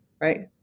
right